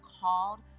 called